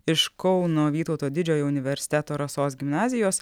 iš kauno vytauto didžiojo universiteto rasos gimnazijos